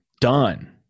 done